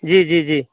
जी जी जी